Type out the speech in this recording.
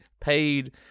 paid